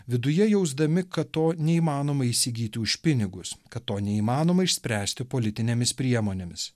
viduje jausdami kad to neįmanoma įsigyti už pinigus kad to neįmanoma išspręsti politinėmis priemonėmis